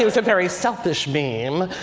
very selfish meme.